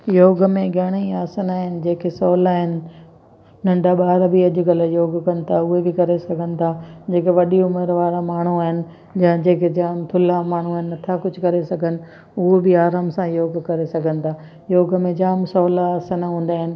योग में घणई आसन आहिनि जेके सहुला आहिनि नंढा ॿार बि अॼु कल्ह योग कनि था उहे बि करे सघनि था जेके वॾी उमिरि वारा माण्हू आहिनि या जेके जाम थुल्हा माण्हू आहिनि नथा कुझु करे सघनि उहा बि आराम सां योग करे सघनि था योग में जाम सहुला आसन हूंदा आहिनि